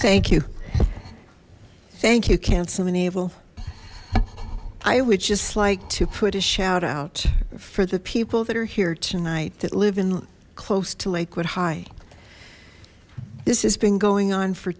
thank you thank you can some and evil i would just like to put a shout out for the people that are here tonight that live in close to lakewood high this has been going on for